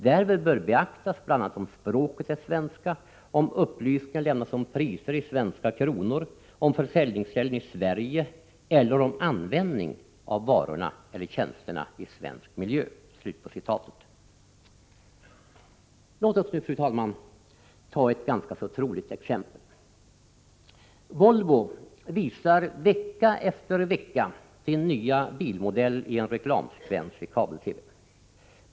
Därvid bör beaktas bl.a. om språket är svenska, om upplysningar lämnas om priser i svenska kronor, om försäljningsställen i Sverige eller om användning av varorna eller tjänsterna i svensk miljö.” Låt oss nu, fru talman, ta ett ganska troligt exempel: Volvo visar vecka efter vecka sin nya bilmodell i en reklamsekvens i kabel-TV.